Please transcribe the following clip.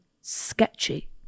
sketchy